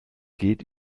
geht